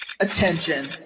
Attention